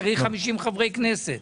צריך 50 חברי כנסת.